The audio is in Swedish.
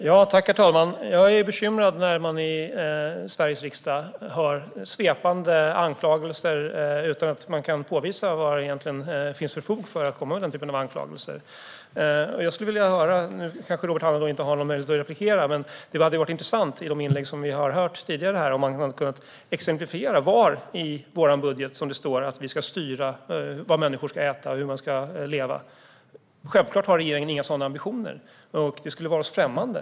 Herr talman! Jag är bekymrad över att i Sveriges riksdag få höra svepande anklagelser utan att talaren påvisar vilket fog det finns för att komma med sådana anklagelser. Robert Hannah har kanske inte har någon möjlighet till ytterligare replik, men efter de inlägg som vi tidigare har hört hade det varit intressant om han hade kunnat exemplifiera var i vår budget det står att vi ska styra vad människor ska äta och hur de ska leva. Självklart har regeringen inga sådana ambitioner. Det vore oss främmande.